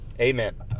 Amen